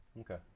Okay